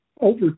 over